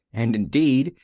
and, indeed,